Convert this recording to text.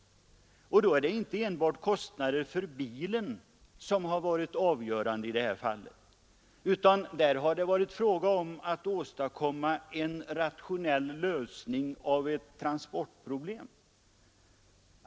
I det fallet har inte enbart kostnaderna för bilen varit avgörande, utan här har det gällt att åstadkomma en rationell lösning av ett transportproblem.